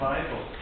Bible